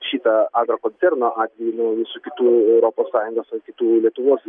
šitą agrokoncerno atvejį nuo visų kitų europos sąjungos ar kitų lietuvos